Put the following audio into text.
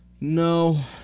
No